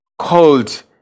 called